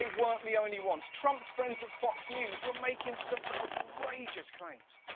weren't the only ones. trump's friends at fox news were making some outrageous claims.